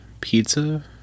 pizza